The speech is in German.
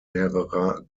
mehrerer